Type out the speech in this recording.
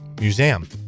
Museum